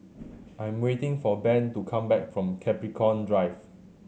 I am waiting for Ben to come back from Capricorn Drive